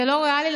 זה לא ריאלי.